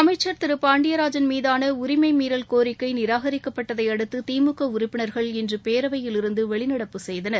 அமைச்சர் திரு பாண்டியராஜன் மீதான உரிமை மீறல் கோரிக்கை நிராகரிக்கப்பட்டதை அடுத்து திமுக உறுப்பினர்கள் இன்று பேரவையில் இருந்து வெளிநடப்பு செய்தனர்